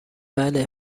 بله